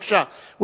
בבקשה,